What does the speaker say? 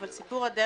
אבל סיפור הדרך